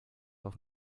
auf